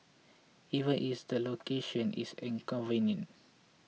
even is the location is inconvenient